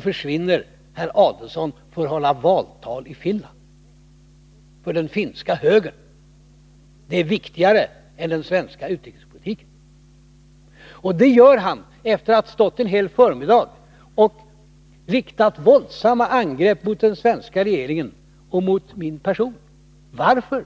försvinner alltså herr Adelsohn till Finland för att där hålla ett valtal för den finska högern. Det är tydligen viktigare för honom än den svenska utrikespolitiken. Det gör han efter att ha stått en hel förmiddag och riktat våldsamma angrepp mot den svenska regeringen och mot min person. Varför?